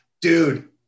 dude